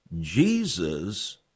Jesus